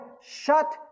shut